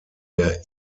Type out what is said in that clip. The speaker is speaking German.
der